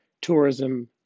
tourism